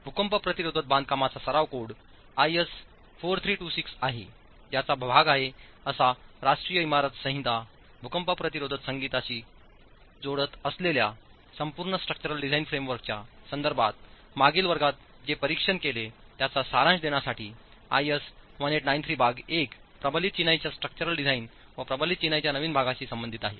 भूकंप प्रतिरोधक बांधकामाचा सराव कोड IS 4326 आहे ज्याचा भाग आहे अशा राष्ट्रीय इमारत संहिता भूकंप प्रतिरोधक संकेतांशी जोडत असलेल्या संपूर्ण स्ट्रक्चरल डिझाइन फ्रेमवर्कच्या संदर्भात मागील वर्गात जे परीक्षण केले त्याचा सारांश देण्यासाठी IS 1893 भाग 1 प्रबलित चिनाईच्या स्ट्रक्चरल डिझाइन आणि प्रबलित चिनाईच्या नवीन भागाशी संबंधित आहे